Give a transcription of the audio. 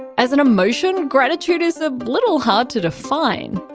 as an emotion, gratitude is a little hard to define.